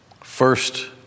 First